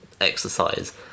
exercise